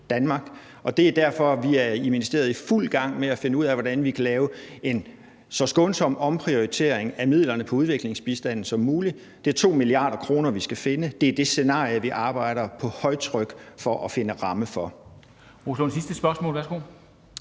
det er derfor, at vi i ministeriet er i fuld gang med at finde ud af, hvordan vi kan lave en så skånsom omprioritering af midlerne til udviklingsbistand som muligt. Det er 2 mia. kr., vi skal finde. Det er det scenarie, vi arbejder på højtryk for at finde en ramme for.